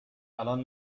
الان